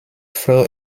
throw